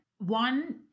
One